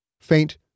Faint